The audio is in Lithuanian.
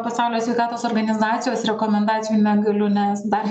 pasaulio sveikatos organizacijos rekomendacijų negaliu nes dar